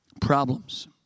Problems